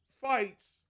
fights